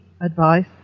advice